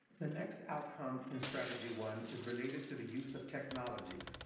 the next outcome in strategy one is related to the use of technology.